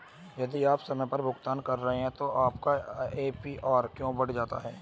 यदि आप समय पर भुगतान कर रहे हैं तो आपका ए.पी.आर क्यों बढ़ जाता है?